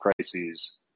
crises